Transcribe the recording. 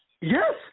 Yes